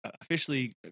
officially